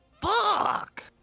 Fuck